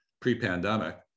pre-pandemic